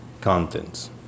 contents